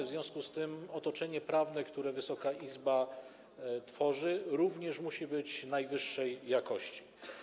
W związku z tym otoczenie prawne, które Wysoka Izba tworzy, również musi być najwyższej jakości.